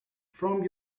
from